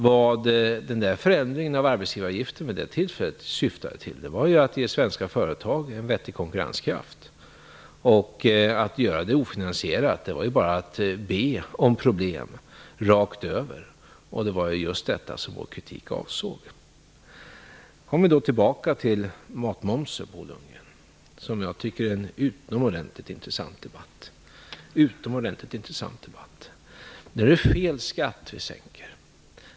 Vad förändringen av arbetsgivaravgiften vid det tillfället syftade till var ju att ge svenska företag en vettig konkurrenskraft. Att göra det ofinansierat var ju bara att be om problem rakt över. Det var just detta som vår kritik avsåg. Så kom vi då tillbaka till frågan om matmomsen, Bo Lundgren, som jag tycker är en utomordentligt intressant debatt. Nu är det fel skatt vi sänker.